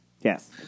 yes